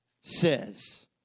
says